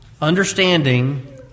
understanding